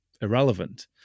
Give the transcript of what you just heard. irrelevant